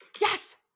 Yes